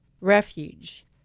Refuge